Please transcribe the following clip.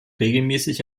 regelmäßig